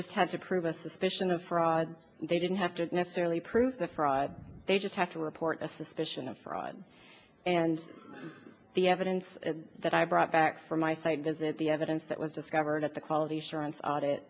just had to prove a suspicion of fraud they didn't have to necessarily prove the fraud they just have to report a suspicion of fraud and the evidence that i brought back from my site visit the evidence that was discovered at the quality assurance